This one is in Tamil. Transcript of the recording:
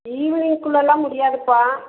ஈவினிங்குள்ளேலாம் முடியாதுப்பா